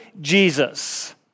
Jesus